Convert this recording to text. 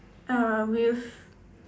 err with